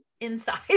inside